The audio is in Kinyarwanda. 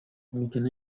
imikino